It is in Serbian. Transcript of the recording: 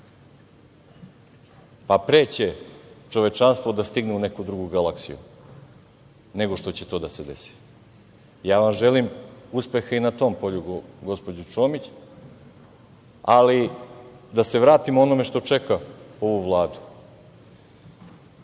Pa, pre će čovečanstvo da stigne u neku drugu galaksiju nego što će to da se desi. Ja vam želim uspeha i na tom polju gospođo Čomić, ali da se vratimo onome što čeka ovu Vladu. Čeka